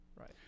Right